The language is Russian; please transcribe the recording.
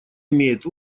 имеет